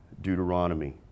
Deuteronomy